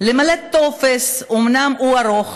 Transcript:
למלא טופס, אומנם ארוך,